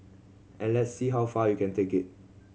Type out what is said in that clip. and let's see how far you can take it